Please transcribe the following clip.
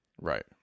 Right